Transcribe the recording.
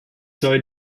soll